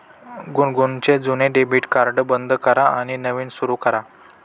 गुनगुनचे जुने debit card बंद करा आणि नवीन सुरू करा